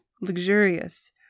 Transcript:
luxurious